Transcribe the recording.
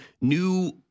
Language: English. new